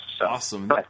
Awesome